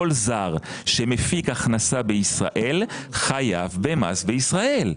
כל זר שמפיק הכנסה בישראל חייב במס בישראל.